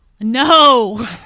No